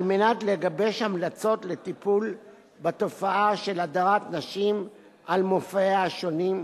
לגבש המלצות לטיפול בתופעה של הדרת נשים על מופעיה השונים,